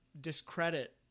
discredit